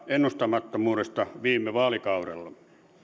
ennustamattomuudesta viime vaalikaudella